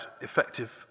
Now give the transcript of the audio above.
effective